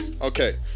Okay